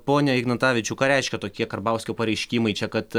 pone ignatavičiau ką reiškia tokie karbauskio pareiškimai čia kad